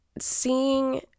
seeing